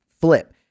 flip